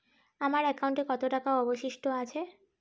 আমার একাউন্টে কত টাকা অবশিষ্ট আছে?